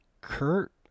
Kurt